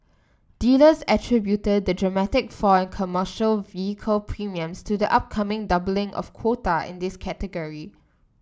dealers attributed the dramatic fall in commercial vehicle premiums to the upcoming doubling of quota in this category